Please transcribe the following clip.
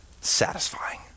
satisfying